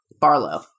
barlow